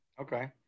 okay